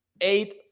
Eight